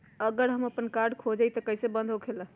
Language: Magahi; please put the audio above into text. अगर हमर कार्ड खो जाई त इ कईसे बंद होकेला?